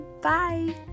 bye